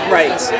right